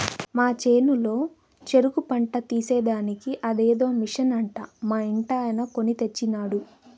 మా చేనులో చెరుకు పంట తీసేదానికి అదేదో మిషన్ అంట మా ఇంటాయన కొన్ని తెచ్చినాడు